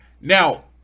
Now